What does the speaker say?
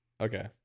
Okay